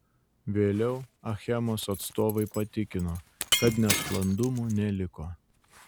vėliau achemos atstovai patikino kad nesklandumų neliko